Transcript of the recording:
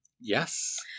Yes